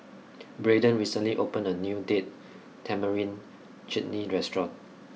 Braeden recently opened a new Date Tamarind Chutney restaurant